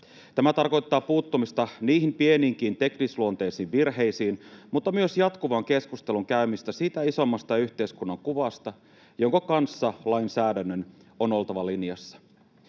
Tämä tarkoittaa puuttumista pieniinkin teknisluonteisiin virheisiin mutta myös jatkuvan keskustelun käymistä siitä isommasta yhteiskunnan kuvasta, jonka kanssa lainsäädännön on oltava linjassa.